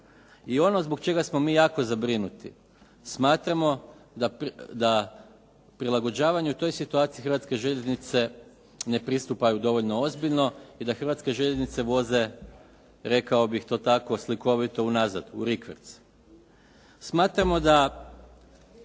I ono zbog čega smo mi jako zabrinuti smatramo da prilagođavanju toj situaciji Hrvatske željeznice ne pristupaju dovoljno ozbiljno i da Hrvatske željeznice rekao bih to tako slikovito unazad, u rikverc.